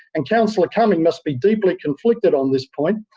and councillor cumming must be deeply conflicted on this point,